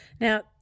Now